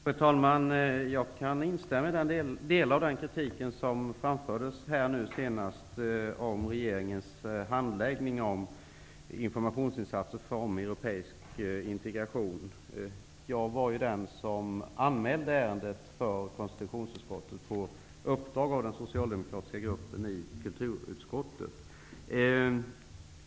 Fru talman! Jag kan instämma i delar av den kritik som framfördes här senast mot regeringens handläggning av informationsinsatser beträffande europeisk integration. Jag var den som anmälde ärendet för konstitutionsutskottet på uppdrag av den socialdemokratiska gruppen i kulturutskottet.